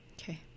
Okay